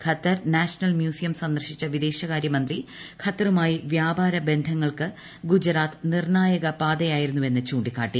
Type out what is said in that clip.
Qatar national museum സന്ദർശിച്ച വിദേശകാരൃമന്ത്രി ഖത്തറുമായി വൃാപാര ബന്ധങ്ങൾക്ക് ഗുജറാത്ത് നിർണ്ണായക പാതയായിരുന്നുപ്പ്രെന്ന് ചൂണ്ടിക്കാട്ടി